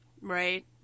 right